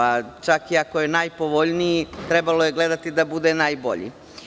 A čak i ako je najpovoljniji, trebalo je gledati da bude najbolji.